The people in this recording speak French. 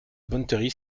bonneterie